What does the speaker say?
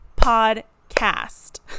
Podcast